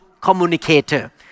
communicator